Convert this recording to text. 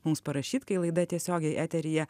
mums parašyt kai laida tiesiogiai eteryje